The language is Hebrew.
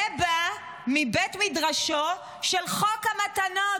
זה בא מבית מדרשו של חוק המתנות,